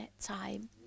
time